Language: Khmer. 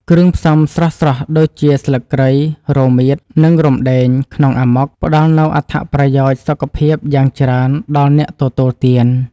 គ្រឿងផ្សំស្រស់ៗដូចជាស្លឹកគ្រៃ រមៀត និងរំដេងក្នុងអាម៉ុកផ្តល់នូវអត្ថប្រយោជន៍សុខភាពយ៉ាងច្រើនដល់អ្នកទទួលទាន។